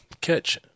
catch